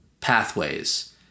pathways